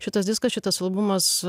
šitas diskas šitas albumas